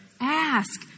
Ask